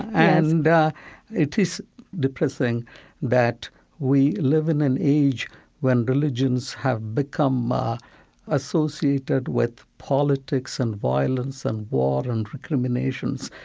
and and it is depressing that we live in an age when religions have become ah associated with politics and violence and war and recriminations,